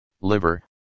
liver